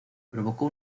provocó